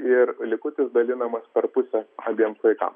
ir likutis dalinamas per pusę abiem vaikams